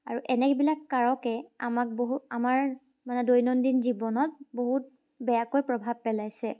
আৰু এনেবিলাক কাৰকে আমাক বহুত আমাৰ মানে দৈনন্দিন জীৱনত বহুত বেয়াকৈ প্ৰভাৱ পেলাইছে